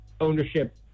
ownership